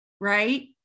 right